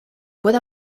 puedo